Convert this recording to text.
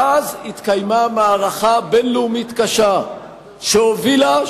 ואז התקיימה מערכה בין-לאומית קשה שהובילה,